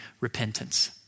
repentance